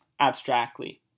abstractly